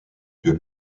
que